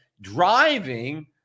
driving